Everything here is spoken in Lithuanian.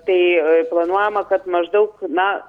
tai planuojama kad maždaug na